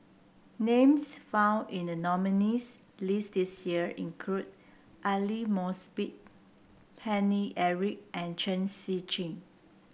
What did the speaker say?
names found in the nominees' list this year include Aidli Mosbit Paine Eric and Chen Shiji